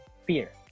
fear